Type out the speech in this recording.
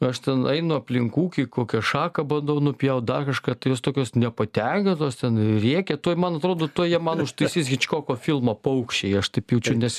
aš ten einu aplink ūkį kokią šaką bandau nupjaut dar kažką tai jos tokios nepatenkintos ten rėkia tuoj man atrodo tuoj jie man užtaisys hičkoko filmą paukščiai aš taip jaučiu nes